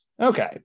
Okay